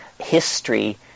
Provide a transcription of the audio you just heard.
History